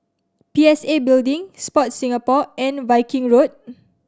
P S A Building Sport Singapore and Viking Road